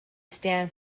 stand